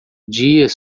dias